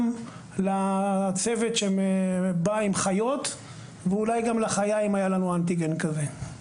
גם לצוות שבא עם חיות ואולי גם לחיה אם היה לנו אנטיגן כזה.